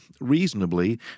reasonably